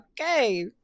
okay